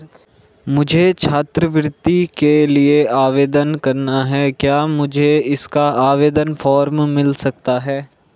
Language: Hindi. मुझे छात्रवृत्ति के लिए आवेदन करना है क्या मुझे इसका आवेदन फॉर्म मिल सकता है?